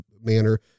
manner